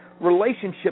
relationship